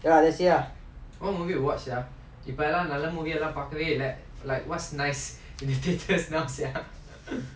ya that's it lah